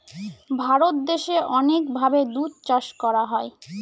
ভারত দেশে অনেক ভাবে দুধ চাষ করা হয়